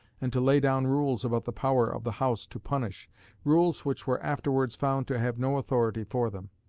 and to lay down rules about the power of the house to punish rules which were afterwards found to have no authority for them.